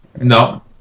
no